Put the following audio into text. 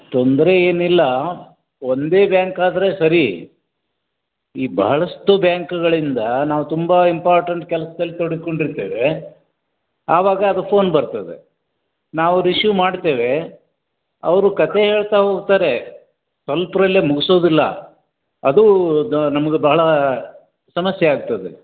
ತೊಂದರೆ ಏನಿಲ್ಲ ಒಂದೇ ಬ್ಯಾಂಕ್ ಆದರೆ ಸರಿ ಈ ಭಾಳಷ್ಟು ಬ್ಯಾಂಕ್ಗಳಿಂದ ನಾವು ತುಂಬ ಇಂಪಾರ್ಟೆಂಟ್ ಕೆಲ್ಸ್ದಲ್ಲಿ ತೊಡಗ್ಕೊಂಡು ಇರ್ತೇವೆ ಆವಾಗ ಅದು ಫೋನ್ ಬರ್ತದೆ ನಾವು ರಿಶಿವ್ ಮಾಡ್ತೇವೆ ಅವರು ಕತೆ ಹೇಳ್ತಾ ಹೋಗ್ತಾರೆ ಸೊಲ್ಪರಲ್ಲೇ ಮುಗ್ಸೋದಿಲ್ಲ ಅದು ನಮಗೆ ಭಾಳ ಸಮಸ್ಯೆ ಆಗ್ತದೆ